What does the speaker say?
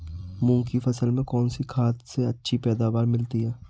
मूंग की फसल में कौनसी खाद से अच्छी पैदावार मिलती है?